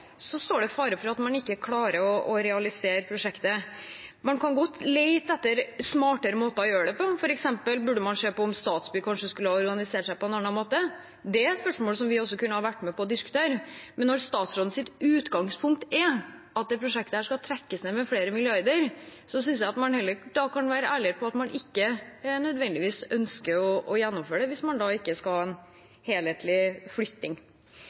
står man i fare for ikke å klare å realisere prosjektet. Man kan godt lete etter smartere måter å gjøre det på. For eksempel burde man se på om Statsbygg kanskje skulle ha organisert seg på en annen måte. Det er et spørsmål som vi kunne vært med på å diskutere. Men når statsrådens utgangspunkt er at dette prosjektet skal trekkes ned med flere milliarder, synes jeg at man heller kan være ærlig på at man ikke nødvendigvis ønsker å gjennomføre det, hvis man da ikke skal ha en helhetlig flytting.